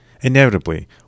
Inevitably